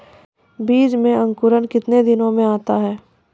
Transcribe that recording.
बीज मे अंकुरण कितने दिनों मे आता हैं?